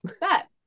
Bet